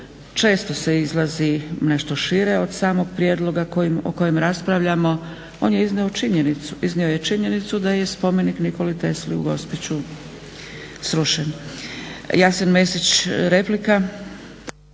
Često se izlazi nešto šire od samog prijedloga o kojem raspravljamo. On je iznio činjenicu, iznio je činjenicu da je spomenik Nikole Tesle u Gospiću srušen. Jasen Mesić replika.